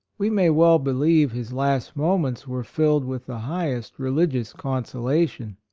we may well believe his last moments were filled with the highest religious consolation.